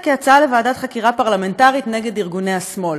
כהצעה לוועדת חקירה פרלמנטרית נגד ארגוני השמאל.